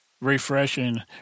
refreshing